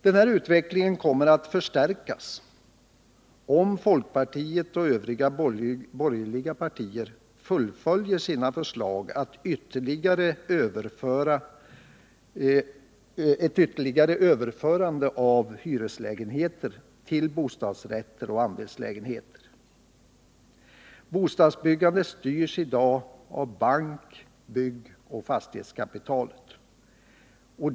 Denna utveckling kommer att förstärkas om folkpartiet och övriga borgerliga partier fullföljer sina förslag att ytterligare underlätta ett överförande av hyreslägenheter till bostadsrätter och andelslägenheter. Bostadsbyggandet styrs i dag av bank-, byggoch fastighetskapitalet.